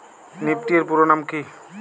Nifty এর পুরোনাম কী?